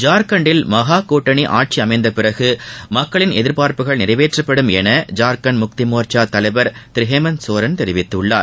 ஜார்க்கண்ட்டில் மகா கூட்டணி ஆட்சி அமைந்தபிறகு மக்களின் எதிர்பார்ப்புகள் நிறைவேற்றப்படும் என ஜார்க்கண்ட் முக்தி மோர்க்சா தலைவர் திரு ஹேமந்த் சோரன் தெரிவித்துள்ளார்